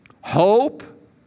hope